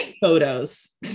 photos